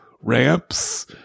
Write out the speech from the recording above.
ramps